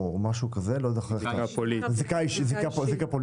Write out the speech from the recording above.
של זיקה פוליטית.